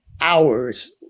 hours